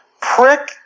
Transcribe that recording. Prick